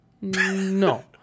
no